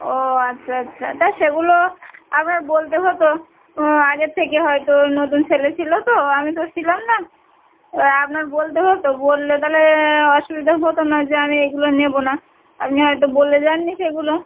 ও আচ্ছা আচ্ছা তা সেগুলো একবার বলতে হতো আগের থেকে হয়তো নতুন ছেলে ছিলো তো আমি তো ছিলাম না আপনার বলতে হতো বললে তালে অসুবিধে হতো না যে আমি এইগুলো নেবো না আপনি হয়তো বলে যান নি সেগুলো